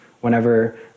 Whenever